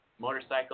motorcycle